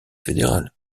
fédérale